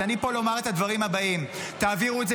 אז אני פה לומר את הדברים הבאים: תעבירו את זה